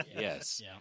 Yes